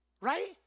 right